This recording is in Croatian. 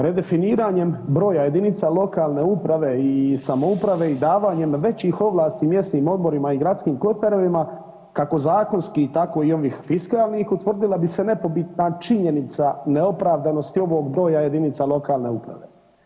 Redefiniranjem broja jedinica lokalne uprave i samouprave i davanjem većih ovlasti mjesnim odborima i gradskim kotarevima kako zakonski tako i onih fiskalnih utvrdila bi se nepobitna činjenica neopravdanosti ovog broja jedinica lokalne uprave.